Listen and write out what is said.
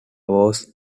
was